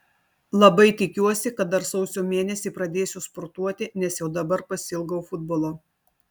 labai tikiuosi kad dar sausio mėnesį pradėsiu sportuoti nes jau dabar pasiilgau futbolo